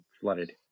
flooded